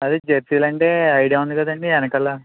అదే జెర్సీలంటే ఐడియా ఉంది కదండీ వెనకాల